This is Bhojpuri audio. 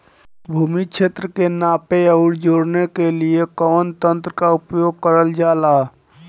भूमि क्षेत्र के नापे आउर जोड़ने के लिए कवन तंत्र का प्रयोग करल जा ला?